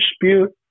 dispute